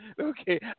Okay